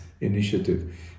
initiative